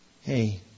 Hey